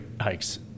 hikes